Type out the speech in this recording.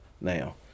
now